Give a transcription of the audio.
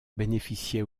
bénéficiait